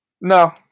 No